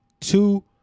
Two